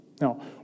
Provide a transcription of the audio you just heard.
Now